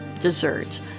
dessert